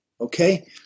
Okay